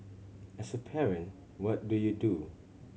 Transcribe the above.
as a parent what do you do